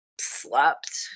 slept